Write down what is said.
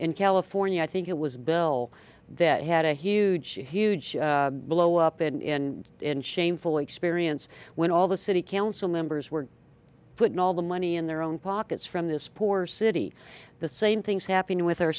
in california i think it was bill that had a huge huge blow up in it and shameful experience when all the city council members were putting all the money in their own pockets from this poor city the same things happening with our